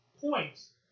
points